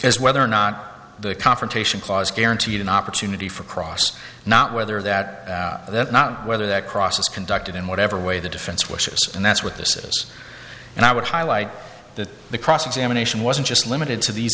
is whether or not the confrontation clause guaranteed an opportunity for cross not whether that that's not whether that process conducted in whatever way the defense wishes and that's what this is and i would highlight that the cross examination wasn't just limited to these